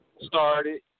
started